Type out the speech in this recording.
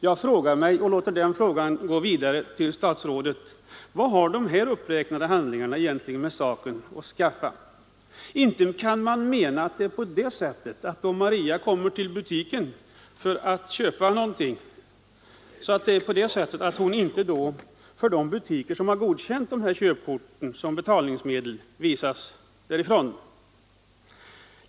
Jag frågar mig och låter den frågan gå vidare till statsrådet: Vad har de här uppräknade handlingarna med saken att skaffa? Inte kan man väl mena att Maria blir avvisad, om hon vill köpa någonting i en butik som har godkänt köpkorten som betalningsmedel.